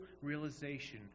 realization